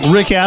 Rick